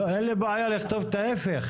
אין לי בעיה לכתוב את ההיפך.